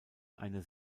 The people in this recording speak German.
eine